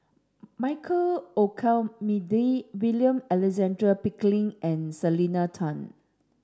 Michael Olcomendy William Alexander Pickering and Selena Tan